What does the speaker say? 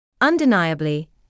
Undeniably